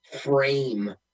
frame